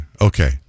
Okay